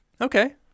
okay